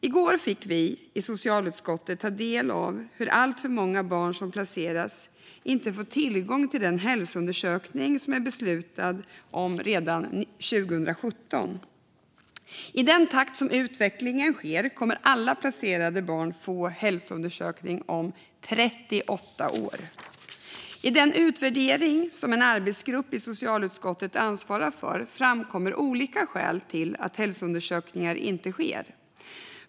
I går fick vi i socialutskottet ta del av hur alltför många barn som placeras inte får tillgång till den hälsoundersökning som det beslutades om redan 2017. Med den takt som utvecklingen håller kommer alla placerade barn att få en hälsoundersökning om 38 år. I den utvärdering som en arbetsgrupp i socialutskottet ansvarar för framkommer olika skäl till att hälsoundersökningar inte sker.